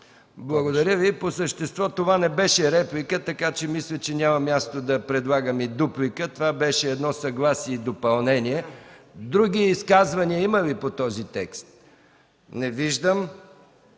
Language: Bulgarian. Благодаря Ви. По същество това не беше реплика, така че, мисля, че няма място да предлагам и дуплика. Това беше съгласие и допълнение. Други изказвания има ли по този текст? Не виждам.